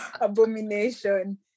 Abomination